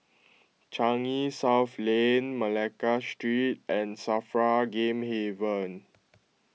Changi South Lane Malacca Street and Safra Game Haven